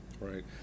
right